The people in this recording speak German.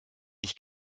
ich